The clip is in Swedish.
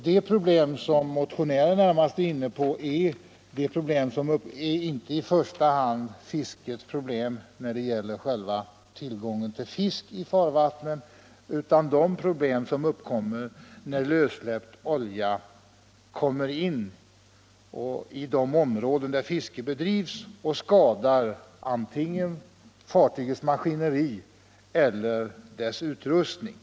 Vad motionären tar upp gäller inte i första hand tillgången på fisk i de aktuella vattnen, utan de problem som uppkommer när olja driver in i de områden där fiske bedrivs och skadar antingen fartygets maskineri eller dess utrustning.